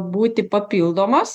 būti papildomos